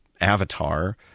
Avatar